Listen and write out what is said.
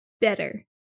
better